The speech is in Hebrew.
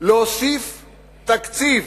להוסיף תקציב,